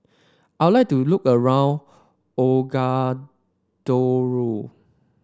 I would like to look around